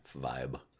Vibe